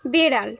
বেড়াল